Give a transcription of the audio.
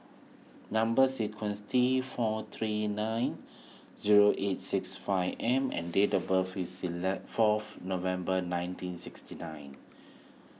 Number Sequence T four three nine zero eight six five M and date of birth is fourth November nineteen sixty nine